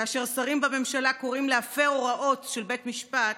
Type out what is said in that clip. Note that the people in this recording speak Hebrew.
כאשר שרים בממשלה קוראים להפר הוראות של בית משפט,